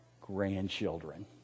grandchildren